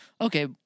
Okay